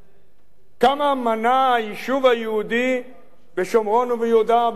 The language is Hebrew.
כמה מנה היישוב היהודי בשומרון וביהודה באותם ימים?